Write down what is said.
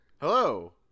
Hello